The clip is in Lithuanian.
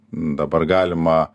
dabar galima